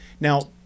Now